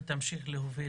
ותמשיך להוביל,